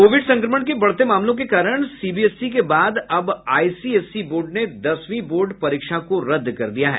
Covid संक्रमण के बढ़ते मामलों के कारण सीबीएसई के बाद अब आईसीएसई बोर्ड ने दसवीं बोर्ड परीक्षा को रद्द कर दिया है